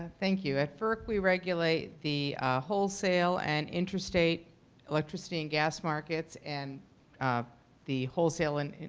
thank you, at ferc, we regulate the wholesale and intrastate electricity and gas markets and ah the wholesale and and